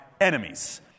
enemies